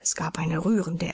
es gab eine rührende